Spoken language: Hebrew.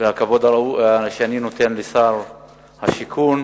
הכבוד שאני נותן לשר השיכון.